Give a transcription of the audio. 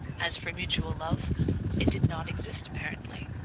as for mutual love it did not exist apparently,